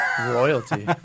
Royalty